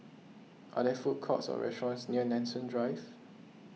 are there food courts or restaurants near Nanson Drive